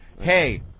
hey